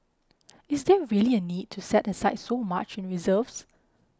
is there really a need to set aside so much in reserves